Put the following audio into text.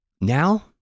Now